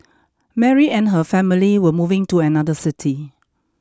Mary and her family were moving to another city